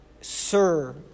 Sir